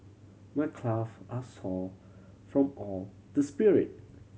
my are sore from all the sprint